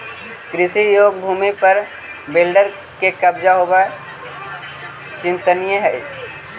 कृषियोग्य भूमि पर बिल्डर के कब्जा होवऽ चिंतनीय हई